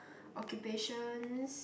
occupations